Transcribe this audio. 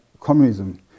communism